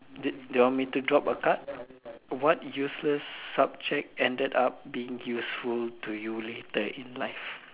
do do you want me to drop a card what useless subject end up being useful to you later in life